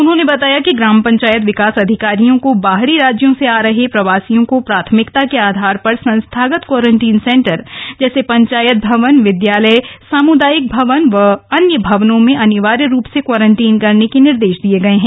उन्होंने बताया कि ग्राम पंचायत विकास अधिकरियों को बाहरी राज्यों से आ रहें प्रवासियों को प्राथमिकता के आधार पर संस्थागत क्वारंटीन सेंटर जैसे पंचायत भवन विद्यालय सामुदायिक भवन व अन्य भवनों में अनिवार्य रूप से क्वारंटाईन करने के निर्देश दिए गए है